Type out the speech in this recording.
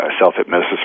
self-hypnosis